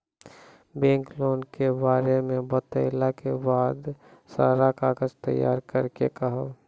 Bank loan के बारे मे बतेला के बाद सारा कागज तैयार करे के कहब?